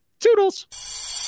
Toodles